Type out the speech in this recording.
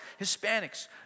Hispanics